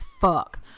fuck